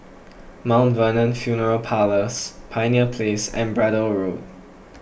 Mount Vernon funeral Parlours Pioneer Place and Braddell Road